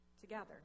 together